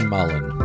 Mullen